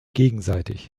gegenseitig